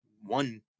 one